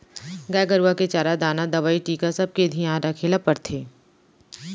गाय गरूवा के चारा दाना, दवई, टीका सबके धियान रखे ल परथे